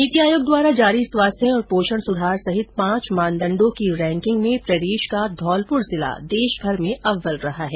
नीति आयोग द्वारा जारी स्वास्थ्य और पोषण सुधार सहित पांच मानदण्डों की रैकिंग में प्रदेश का धौलपुर जिला देशभर में अव्वल रहा है